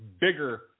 bigger